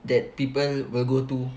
that people will go to